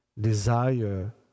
desire